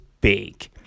big